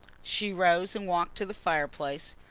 she rose and walked to the fireplace,